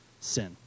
sin